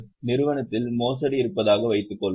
நிறுவனத்தில் மோசடி இருப்பதாக வைத்துக்கொள்வோம்